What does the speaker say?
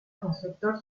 constructor